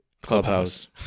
Clubhouse